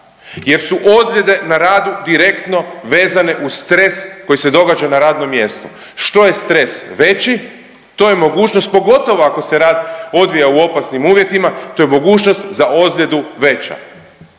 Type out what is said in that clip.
jer su ozljede na radu direktno vezane uz stres koji se događa na radnom mjestu. Što je stres veći to je mogućnost pogotovo ako se rad odvija u opasnim uvjetima to je mogućnost za ozljedu veća.